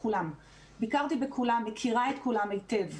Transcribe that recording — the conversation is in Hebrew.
ביקרתי בכולם, מכירה את כולם היטב.